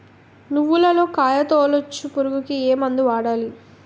నువ్వులలో కాయ తోలుచు పురుగుకి ఏ మందు వాడాలి?